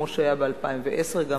כמו שהיה ב-2010, גם